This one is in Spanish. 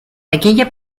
aquella